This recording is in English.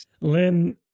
Lynn